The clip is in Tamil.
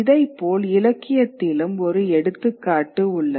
இதைப்போல் இலக்கியத்திலும் ஒரு எடுத்துக்காட்டு உள்ளது